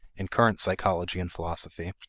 in current psychology and philosophy,